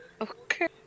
Okay